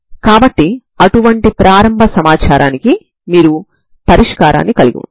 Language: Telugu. కాబట్టి ఇక్కడ మీరు వీటిని తీసుకుంటే మీరు x 0 వద్ద k1y0y00 ని పొందుతారు